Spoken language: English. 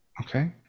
Okay